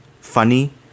funny